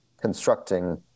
constructing